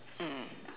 mm